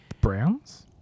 Browns